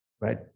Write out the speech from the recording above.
Right